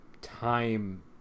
time